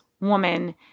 woman